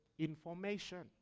information